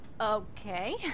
Okay